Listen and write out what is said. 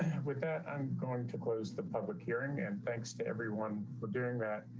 with that, i'm going to close the public hearing and thanks to everyone for doing that.